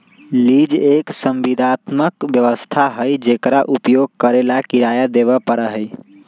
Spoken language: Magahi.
लीज एक संविदात्मक व्यवस्था हई जेकरा उपयोग करे ला किराया देवे पड़ा हई